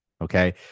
Okay